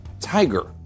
tiger